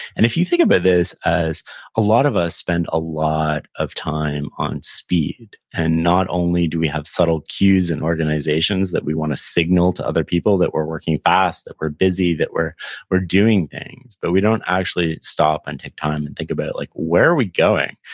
and if you think about this as a lot of us spend a lot of time on speed and not only do we have subtle cues in organizations that we wanna signal to other people that we're working fast, that we're busy, that we're we're doing things, but we don't actually stop and take time and think about it like, where are we going?